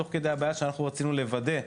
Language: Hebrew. תוך כדי הבעיה שאנחנו רצינו לוודא.